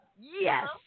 yes